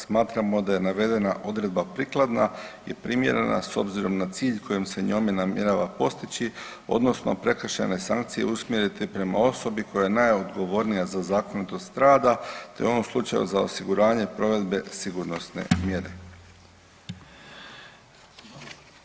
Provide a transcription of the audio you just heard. Smatramo da je navedena odredba prikladna i primjerena s obzirom na cilj kojom se njome namjerava postići odnosno prekršajne sankcije usmjeriti prema osobi koja je najodgovornija za zakonitost rada te u ovom slučaju za osiguranje provedbe sigurnosne mjere.